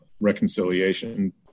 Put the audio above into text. reconciliation